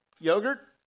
yogurt